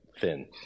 thin